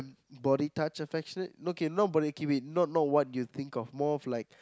body touch affection no K not body K wait not not what you think more of like